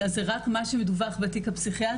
אלא זה רק מה שדווח בתיק הפסיכיאטרי,